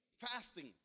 fasting